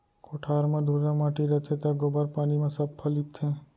कोठार म धुर्रा माटी रथे त गोबर पानी म सफ्फा लीपथें